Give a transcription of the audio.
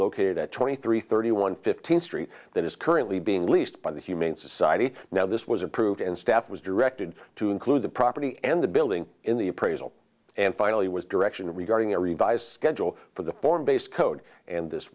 located at twenty three thirty one fifteenth street that is currently being leased by the humane society now this was approved and staff was directed to include the property and the building in the appraisal and finally was direction regarding a revised schedule for the form base code and this